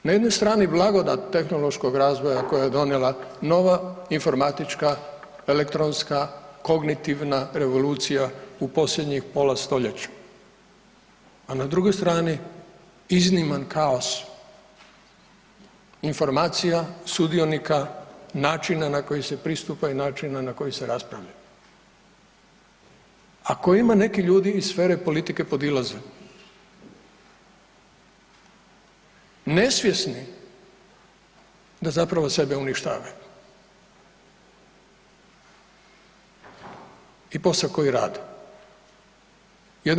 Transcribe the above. Na jednoj strani blagodat tehnološkog razvoja koje je donijela nova informatička elektronska, kognitivna revolucija u posljednjih pola stoljeća, a na drugoj strani izniman kaos informacija, sudionika, načina na koji se pristupa i načina na koji se raspravlja ako im neki ljudi iz sfere politike podilaze nesvjesni da zapravo sebe uništavaju i posao koji rade.